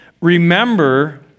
Remember